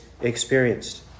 experienced